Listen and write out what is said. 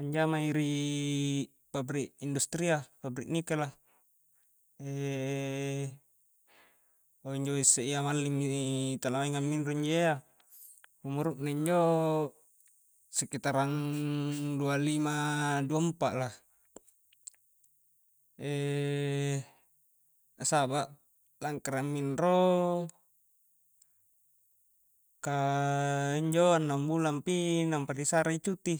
anjama i ri pabrik industria pabrik nikela injo isse iya mallingmi i tala maing amminro injo-njo iya umuru na injo sekitrang dua lima dua empat lah na saba' langkara amminro kaaa injo annang bulang pi nampa ri sare cuti